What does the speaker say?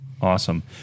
Awesome